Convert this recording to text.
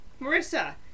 Marissa